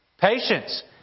Patience